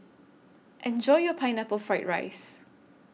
Enjoy your Pineapple Fried Rice